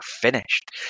finished